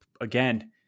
again